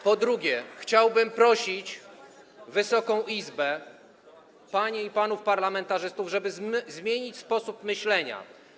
Po drugie, chciałbym prosić Wysoką Izbę, panie i panów parlamentarzystów, żeby zmienić sposób myślenia.